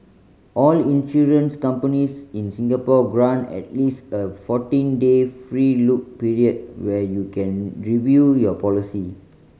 all insurance companies in Singapore grant at least a fourteen day free look period where you can review your policy